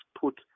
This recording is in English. put